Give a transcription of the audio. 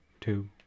two